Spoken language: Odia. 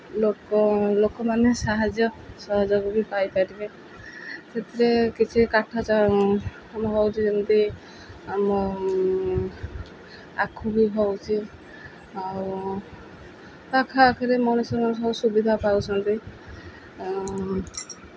ଲୋକ ଲୋକମାନେ ସାହାଯ୍ୟ ସହଯୋଗ ବି ପାଇପାରିବେ ସେଥିରେ କିଛି କାଠ ଆମ ହେଉଛି ଯେମିତି ଆମ ଆଖୁ ବି ହେଉଛି ଆଉ ପାଖଆଖରେ ମଣିଷମାନେ ସବୁ ସୁବିଧା ପାଉଛନ୍ତି ଆଉ